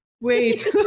Wait